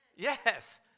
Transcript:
Yes